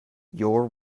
your